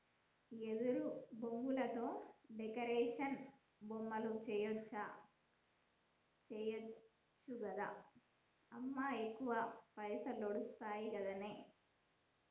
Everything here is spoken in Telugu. వెదురు బొంగులతో డెకరేషన్ బొమ్మలు చేయచ్చు గదా అమ్మా ఎక్కువ పైసలొస్తయి గదనే